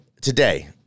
today